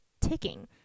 ticking